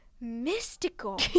mystical